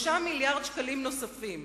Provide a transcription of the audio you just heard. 3 מיליארדי שקלים נוספים.